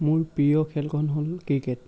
মোৰ প্ৰিয় খেলখন হ'ল ক্ৰিকেট